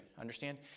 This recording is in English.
Understand